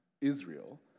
Israel